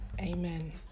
Amen